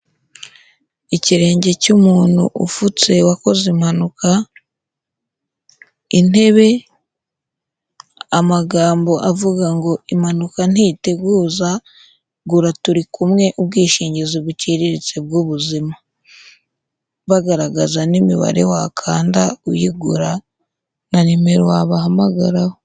Ikirenge cy'umuntu upfutse wakoze impanuka, intebe, amagambo avuga ngo impanuka ntiteguza, gura turi kumwe ubwishingizi buciriritse bw'ubuzima, bagaragaza n'imibare wakanda uyigura na nimero wabahamagaraho.